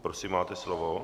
Prosím, máte slovo.